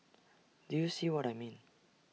do you see what I mean